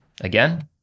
Again